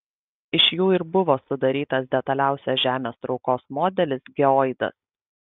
iš jų ir buvo sudarytas detaliausias žemės traukos modelis geoidas